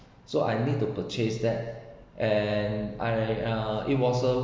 so I need to purchase that and I uh it was a